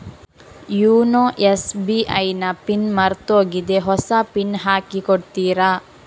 YONO SBI ನ PIN ಮರ್ತೋಗಿದೆ ಹೊಸ ಪಿನ್ ಹಾಕಿ ಕೊಡ್ತೀರಾ?